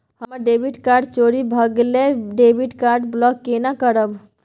हमर debit card चोरी भगेलै डेबिट कार्ड ब्लॉक केना करब?